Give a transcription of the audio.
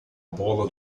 bola